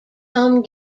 home